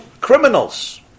criminals